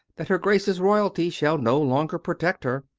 that her grace's royalty shall no longer protect her.